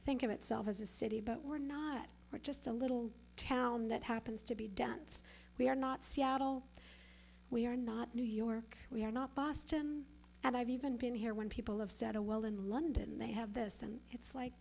think of itself as a city but we're not we're just a little town that happens to be dense we are not seattle we're not new york we're not boston and i've even been here when people have said oh well in london they have this and it's like